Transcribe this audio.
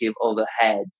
overhead